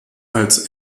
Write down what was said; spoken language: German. als